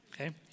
okay